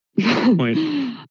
point